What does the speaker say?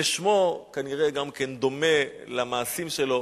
ושמו כנראה גם כן דומה למעשים שלו,